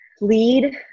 lead